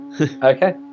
Okay